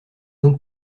donc